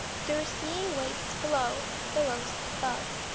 through seething wastes below, billows above,